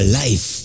life